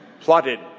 plotted